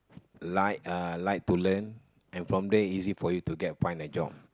like uh like to learn and from there easy for you to go and find a job